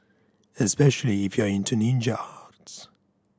especially if you are into ninja arts